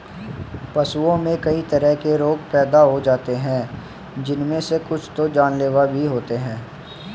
पशुओं में कई तरह के रोग पैदा हो जाते हैं जिनमे से कुछ तो जानलेवा भी होते हैं